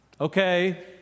Okay